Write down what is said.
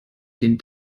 den